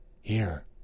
Here